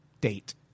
date